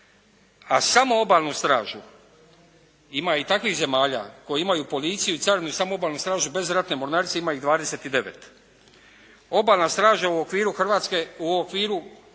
a samo obalnu stražu, ima i takvih zemalja koje imaju policiju i carinu i samo obalnu stražu bez ratne mornarice ima ih 29. Obalna straža u okviru Hrvatske u okviru